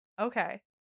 Okay